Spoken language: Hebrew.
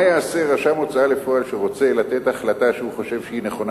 מה יעשה רשם ההוצאה לפועל שרוצה לתת החלטה שהוא חושב שהיא נכונה